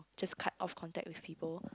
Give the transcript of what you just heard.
just cut off contact with people